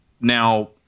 Now